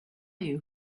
you